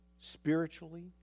spiritually